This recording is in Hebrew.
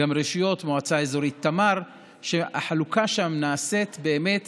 גם ברשויות, במועצה אזורית תמר החלוקה נעשית באמת